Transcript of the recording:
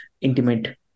intimate